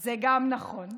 זה גם נכון.